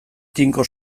tinko